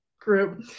group